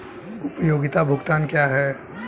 उपयोगिता भुगतान क्या हैं?